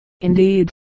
Indeed